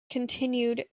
continued